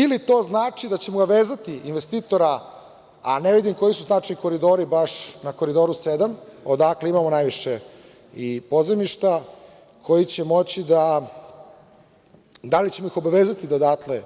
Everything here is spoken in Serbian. Ili to znači da ćemo ga vezati, investitora, a ne vidim koji su naši koridori baš na Koridoru 7, odakle imamo najviše i pozajmišta koji će moći i da li ćemo ih obavezati da odatle